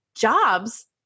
jobs